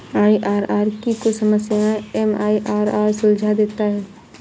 IRR की कुछ समस्याएं एम.आई.आर.आर सुलझा देता है